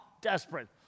desperate